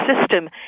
system